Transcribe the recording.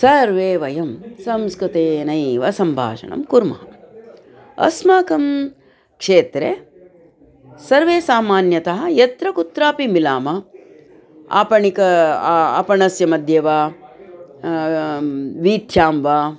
सर्वे वयं संस्कृतेनैव सम्भा षणं कुर्मः अस्माकं क्षेत्रे सर्वे सामान्यतः यत्र कुत्रापि मिलामः आपणिकः आपणस्य मध्ये वा वीथ्यां वा